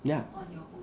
ya